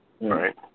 right